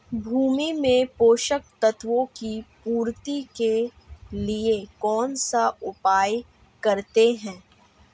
भूमि में पोषक तत्वों की पूर्ति के लिए कौनसा उपाय करते हैं?